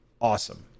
Awesome